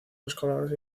escolars